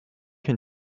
can